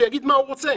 שיגיד מה הוא רוצה.